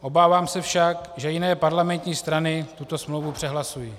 Obávám se však, že jiné parlamentní strany tuto smlouvu přehlasují.